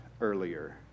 earlier